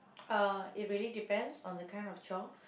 uh it really depends on the kind of chore